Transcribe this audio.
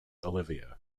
olivia